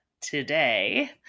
today